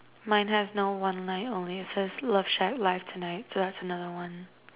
mine has no one line oh it says love shack live tonight so that's another one